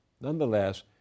Nonetheless